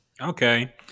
Okay